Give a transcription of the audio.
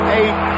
eight